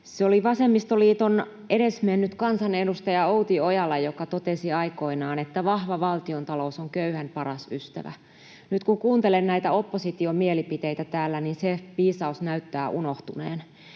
Se oli vasemmistoliiton edesmennyt kansanedustaja Outi Ojala, joka totesi aikoinaan, että vahva valtiontalous on köyhän paras ystävä. Nyt, kun kuuntelen näitä opposition mielipiteitä täällä, se viisaus näyttää unohtuneen.